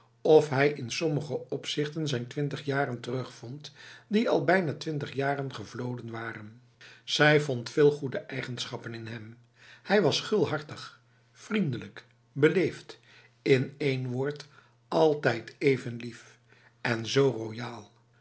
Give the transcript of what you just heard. of hij in sommige opzichten zijn twintig jaren terugvond die al bijna twintig jaren gevloden waren zij vond veel goede eigenschappen in hem hij was gulhartig vriendelijk beleefd in één woord altijd even lief en zo